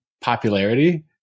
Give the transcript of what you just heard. popularity